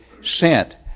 sent